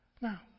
Now